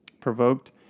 provoked